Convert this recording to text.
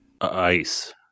ice